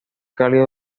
cálidos